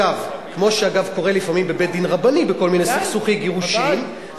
כמו שאגב קורה לפעמים בבית-דין רבני בכל מיני סכסוכי גירושין,